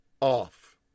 off